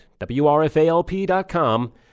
WRFALP.com